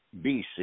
BC